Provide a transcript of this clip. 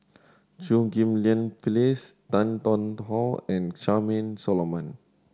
Chew Ghim Lian Phyllis Tan Tarn How and Charmaine Solomon